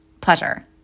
pleasure